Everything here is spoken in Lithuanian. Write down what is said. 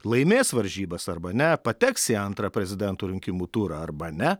laimės varžybas arba ne pateks į antrą prezidento rinkimų turą arba ne